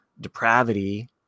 depravity